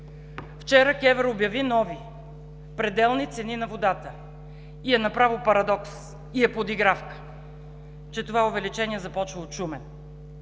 регулиране обяви нови пределни цени на водата и е направо парадокс, и е подигравка, че това увеличение започва от Шумен,